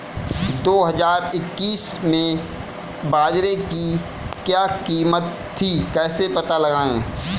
दो हज़ार इक्कीस में बाजरे की क्या कीमत थी कैसे पता लगाएँ?